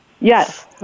Yes